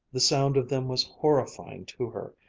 the sound of them was horrifying to her,